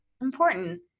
important